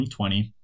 2020